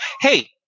Hey